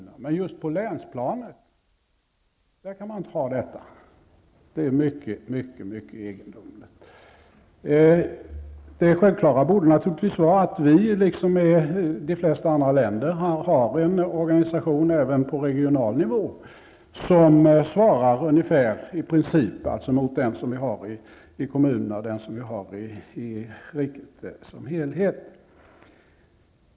Men att man just på länsplanet inte kan ha detta är mycket mycket egendomligt. Det självklara borde naturligtvis vara att vi liksom i de flesta andra länder har en organisation även på regional nivå som i princip svarar ungefär mot den som vi har i kommunerna och som vi har i riket som helhet.